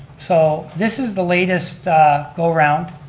so, this is the latest go-'round,